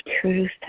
truth